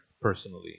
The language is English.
personally